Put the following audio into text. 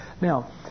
now